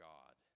God